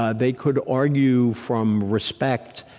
ah they could argue from respect,